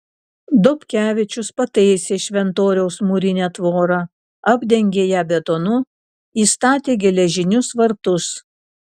dobkevičius pataisė šventoriaus mūrinę tvorą apdengė ją betonu įstatė geležinius vartus